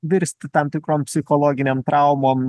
virsti tam tikrom psichologinėm traumom